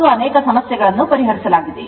ಮತ್ತು ಅನೇಕ ಸಮಸ್ಯೆಗಳನ್ನು ಪರಿಹರಿಸಲಾಗಿದೆ